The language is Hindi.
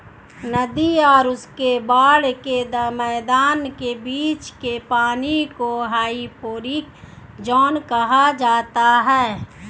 नदी और उसके बाढ़ के मैदान के नीचे के पानी को हाइपोरिक ज़ोन कहा जाता है